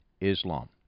Islam